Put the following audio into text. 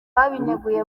ababineguye